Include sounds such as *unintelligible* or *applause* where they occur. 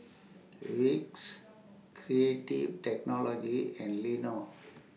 Vicks Creative Technology and *unintelligible*